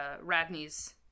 Radney's